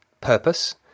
purpose